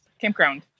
campground